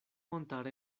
montar